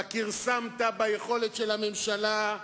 אתה כרסמת ביכולת של הממשלה,